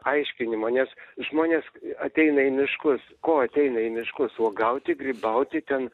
aiškinimo nes žmonės ateina į miškus ko ateina į miškus uogauti grybauti ten